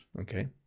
okay